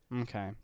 Okay